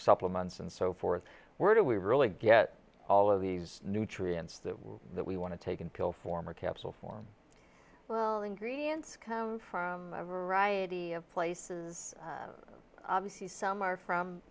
supplements and so forth where do we really get all of these nutrients that we that we want to take until former capsule form well ingredients come from a variety of places obviously some are from